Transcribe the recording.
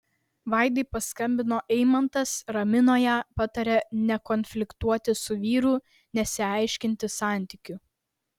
vaidai paskambino eimantas ramino ją patarė nekonfliktuoti su vyru nesiaiškinti santykių